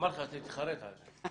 אמרתי לך, אתה תתחרט על זה.